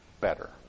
better